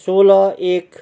सोह्र एक